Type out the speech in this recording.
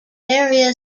area